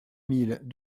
mille